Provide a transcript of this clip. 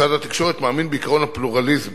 משרד התקשורת מאמין בעקרון הפלורליזם,